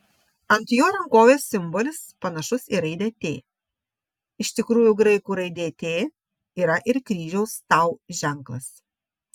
ant jo rankovės simbolis panašus į raidę t iš tikrųjų graikų raidė t yra ir kryžiaus tau ženklas